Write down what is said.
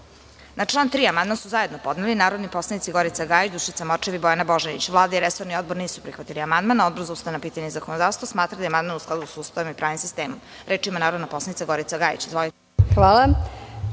član 3. amandman su zajedno podnele narodni poslanici Gorica Gajić, Dušica Morčev i Bojana Božanić. Vlada i resorni Odbor nisu prihvatili amandman, a Odbor za ustavna pitanja i zakonodavstvo smatra da je amandman u skladu sa Ustavom i pravnim sistemom. Reč ima narodna poslanica Gorica Gajić. Izvolite.